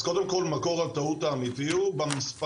אז קודם כל, מקור הטעות האמתי הוא במספרים,